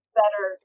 better